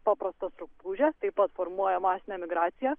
paprastos rupūžės taip pat formuoja masinę emigraciją